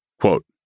Quote